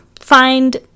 find